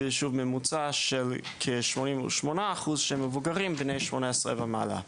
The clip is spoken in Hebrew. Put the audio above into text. ושוב ממוצע של כ-88% מבוגרים של בני 18 ומעלה.